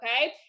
okay